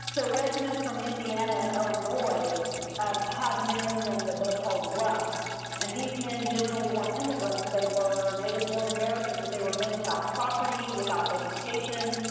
so regiments from indiana and illinois and had men in and them that they called roughs and these men generally weren't immigrants, they were native born americans but they were men without property, without education,